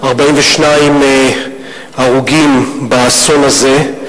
42 הרוגים באסון הזה,